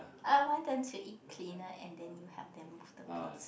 uh why don't you eat cleaner and then you help them move the plates